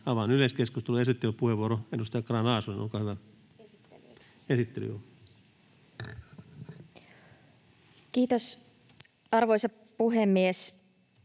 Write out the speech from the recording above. Avaan yleiskeskustelun. Esittelypuheenvuoro, edustaja Grahn-Laasonen, olkaa hyvä. Kiitos, arvoisa puhemies!